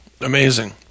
amazing